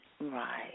Right